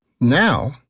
Now